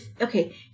okay